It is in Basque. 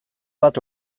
bat